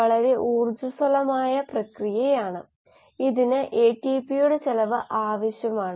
ഞാൻ ഇപ്പോൾ r പൂജ്യം 1 r 2 എന്നിവ നിരയാക്കി അതുകൊണ്ടാണ് r പൂജ്യം ആയതിവിടെ ഇത് ഇവിടെ യഥാർത്ഥത്തിൽ ഉപഭോഗ പദമാണ്